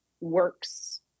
works